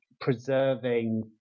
preserving